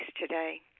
today